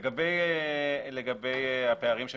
לגבי הפערים,